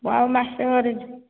ଆଉ ମାସେ ଅଛି